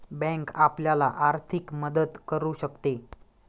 bank आपल्याला आर्थिक मदत करू शकते